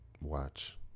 watch